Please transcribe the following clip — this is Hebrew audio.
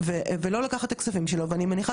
אני לא יודעת הנתונים האלה לא לגמרי ברורים לי,